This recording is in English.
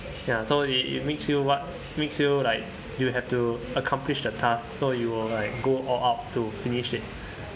ya so it it makes you what makes you like you have to accomplish the task so you will like go all out to finish it